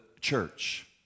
church